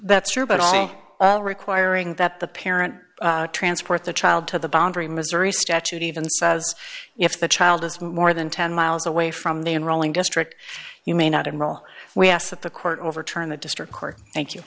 that's true but requiring that the parent transport the child to the boundary missouri statute even if the child is more than ten miles away from the enrolling district you may not enroll we ask that the court overturn the district court thank you